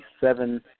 seven